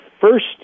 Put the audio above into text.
first